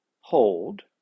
hold